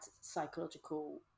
psychological